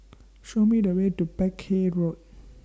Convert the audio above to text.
Show Me The Way to Peck Hay Road